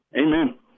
Amen